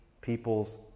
people's